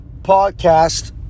podcast